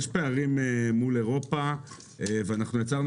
יש פערים מול אירופה ואנחנו יצרנו